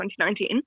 2019